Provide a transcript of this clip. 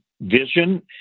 vision